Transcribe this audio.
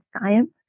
science